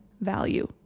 value